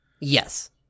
Yes